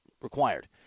required